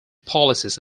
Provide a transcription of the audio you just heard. policies